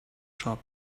shop